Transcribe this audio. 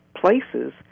places